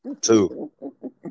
Two